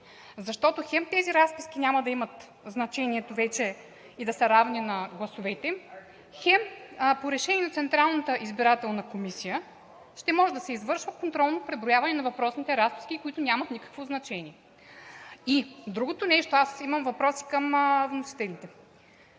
защото хем тези разписки няма да имат значението вече и да са равни на гласовете, хем по решение на Централната избирателна комисия ще може да се извършва контролно преброяване на въпросните разписки, които нямат никакво значение. Другото нещо. Аз имам въпрос и към вносителите.